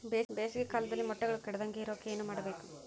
ಬೇಸಿಗೆ ಕಾಲದಲ್ಲಿ ಮೊಟ್ಟೆಗಳು ಕೆಡದಂಗೆ ಇರೋಕೆ ಏನು ಮಾಡಬೇಕು?